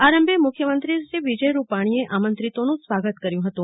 આરંભે મુખ્યમંત્રી શ્રી વિજય રૂપારૂીએ આમંત્રિતોનું સ્વાગત કર્યું હતું